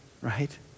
right